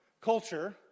culture